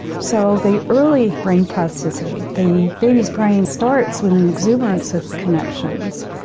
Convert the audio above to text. so the early brain plasticity, the baby's brain starts with an exuberance of connections,